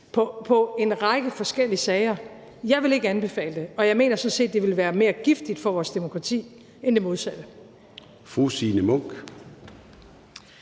om en række forskellige sager vil jeg ikke anbefale, og jeg mener sådan set, at det ville være mere giftigt for vores demokrati end det modsatte.